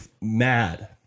mad